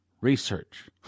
research